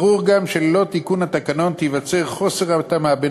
ברור גם שללא תיקון התקנון ייווצר חוסר התאמה בין